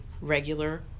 regular